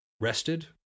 rested